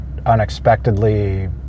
unexpectedly